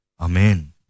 Amen